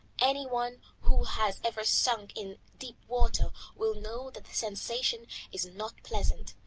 any one who has ever sunk in deep water will know that the sensation is not pleasant,